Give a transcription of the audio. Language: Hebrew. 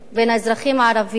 בין האזרחים הערבים,